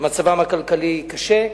שמצבן הכלכלי קשה.